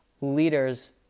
leaders